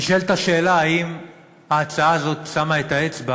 נשאלת השאלה אם ההצעה הזו שמה את האצבע